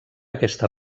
aquesta